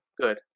Good